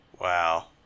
Wow